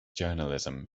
journalism